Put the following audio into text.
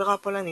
האופרה הפולנית,